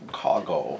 cargo